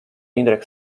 indrek